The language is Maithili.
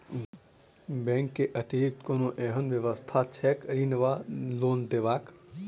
बैंक केँ अतिरिक्त कोनो एहन व्यवस्था छैक ऋण वा लोनदेवाक?